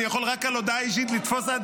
אני יכול רק על הודעה אישית לתפוס עד